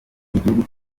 igihugu